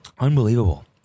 Unbelievable